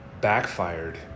backfired